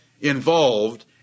involved